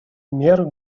мер